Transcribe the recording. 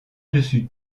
dessus